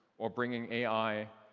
or bringing ai,